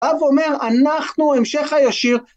אב אומר אנחנו המשך הישיר